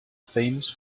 famous